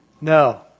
no